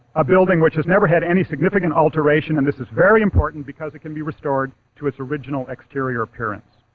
a building which has never had any significant alteration and this is very important because it can be restored to its original exterior appearance.